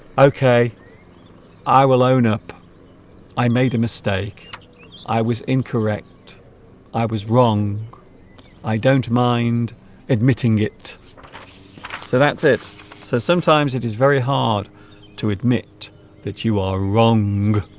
okay i will own up i made a mistake i was incorrect i was wrong i don't mind admitting it so that's it so sometimes it is very hard to admit that you are wrong